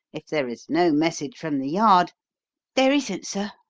if there is no message from the yard there isn't, sir.